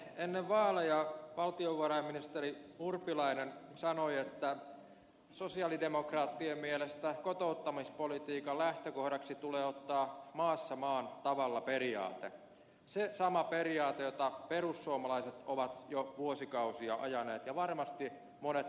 ennen vaaleja valtiovarainministeri urpilainen sanoi että sosialidemokraattien mielestä kotouttamispolitiikan lähtökohdaksi tulee ottaa maassa maan tavalla periaate se sama periaate jota perussuomalaiset ovat jo vuosikausia ajaneet ja varmasti monet muutkin